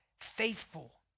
faithful